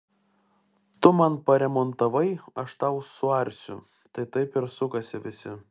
tu man paremontavai aš tau suarsiu tai taip ir sukasi visi